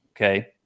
okay